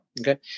Okay